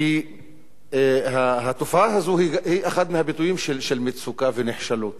כי התופעה הזאת היא חלק מהביטויים של מצוקה ושל נחשלות.